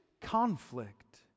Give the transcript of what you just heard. conflict